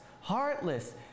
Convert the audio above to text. heartless